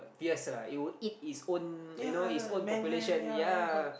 fierce lah it would eat its own you know its own population yea